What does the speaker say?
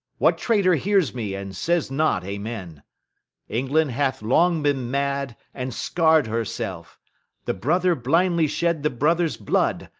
what traitor hears me, and says not amen? england hath long been mad, and scarr'd herself the brother blindly shed the brother's blood,